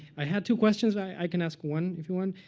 i had two questions. i can ask one if you want.